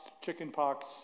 chickenpox